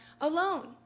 alone